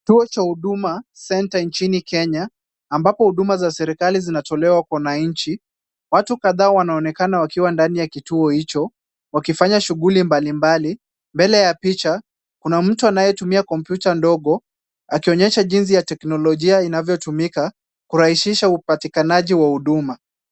Kituo cha Huduma Center nchini Kenya, ambapo huduma za serikali zinatolewa kwa wananchi. Watu kadhaa wanaonekana wakiwa ndani ya kituo hicho, wakifanya shughuli mbalimbali. Mbele ya picha, kuna mtu anayetumia kompyuta ndogo, akionyesha jinsi teknolojia inavyotumika kurahisisha upatikanaji wa huduma.